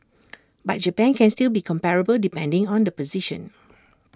but Japan can still be comparable depending on the position